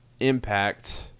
Impact